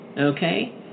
okay